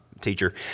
teacher